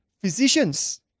physicians